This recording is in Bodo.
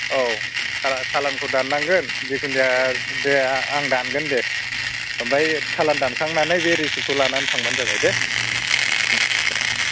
औ सालान सालानखौ दाननांगोन जिखुनु जाया बे आं दानगोन दे ओमफ्राय सालान दानखांनानै बे रिसिपखौ लानानै थांबानो जाबाय दे ओम दे